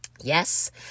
Yes